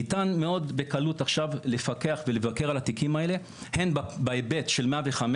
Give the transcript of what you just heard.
ניתן מאוד בקלות עכשיו לפקח ולבקר על התיקים האלה הן בהיבט של 105,